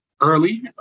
early